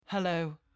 Hello